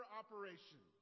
operation